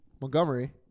Montgomery